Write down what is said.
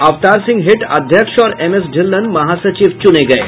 अवतार सिंह हिट अध्यक्ष और एम एस ढिल्लन महासचिव चुने गये